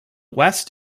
west